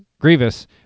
Grievous